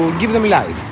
give them yeah